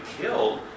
killed